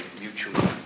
mutually